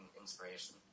inspiration